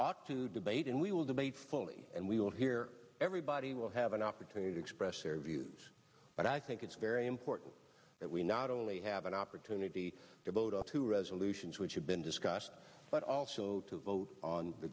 ought to debate and we will debate fully and we will hear everybody will have an opportunity to express their views and i think it's very important that we not only have an opportunity devoted to resolutions which have been discussed but all so to vote on the